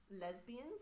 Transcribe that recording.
lesbians